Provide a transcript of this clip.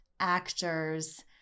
actors